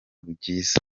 byiza